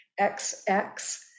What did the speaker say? XX